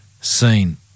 seen